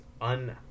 un